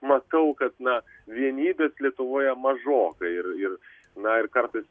matau kad na vienybės lietuvoje mažoka ir ir na ir kartais